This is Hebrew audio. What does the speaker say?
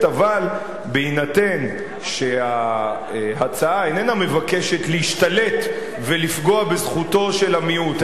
אבל בהינתן שההצעה איננה מבקשת להשתלט ולפגוע בזכותו של המיעוט,